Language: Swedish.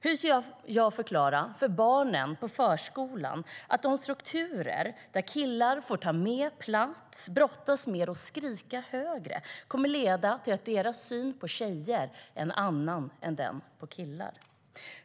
Hur ska jag förklara för barnen på förskolan att de strukturer där killarna får ta mer plats, brottas mer och skrika högre kommer att leda till att deras syn på tjejer är en annan än den på killar?